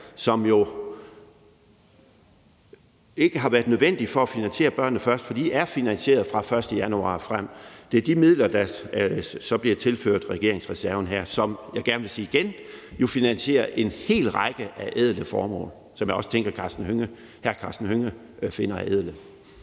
som jo ikke har været nødvendige for at finansiere »Børnene Først«, for det er finansieret fra den 1. januar og frem. Det er de midler, der så bliver tilført regeringsreserven her, som jo, vil jeg gerne sige igen, finansierer en hel række af ædle formål, som jeg også tænker hr. Karsten Hønge finder er ædle.